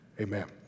amen